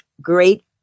great